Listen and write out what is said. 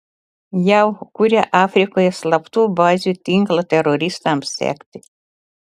jav kuria afrikoje slaptų bazių tinklą teroristams sekti